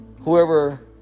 whoever